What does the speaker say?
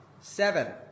seven